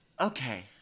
Okay